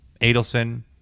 Adelson